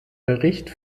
bericht